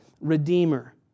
redeemer